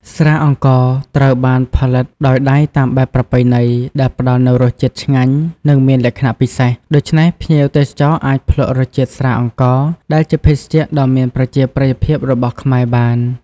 ស្រាអង្ករត្រូវបានផលិតដោយដៃតាមបែបប្រពៃណី ដែលផ្តល់នូវរសជាតិឆ្ងាញ់ និងមានលក្ខណៈពិសេស ដូច្នេះភ្ញៀវទេសចរអាចភ្លក់រសជាតិស្រាអង្ករ ដែលជាភេសជ្ជៈដ៏មានប្រជាប្រិយភាពរបស់ខ្មែរបាន។